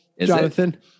Jonathan